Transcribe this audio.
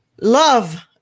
Love